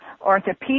orthopedic